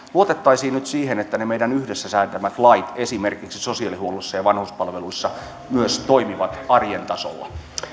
luotettaisiin nyt siihen että ne meidän yhdessä säätämämme lait esimerkiksi sosiaalihuollossa ja vanhuspalveluissa myös toimivat arjen tasolla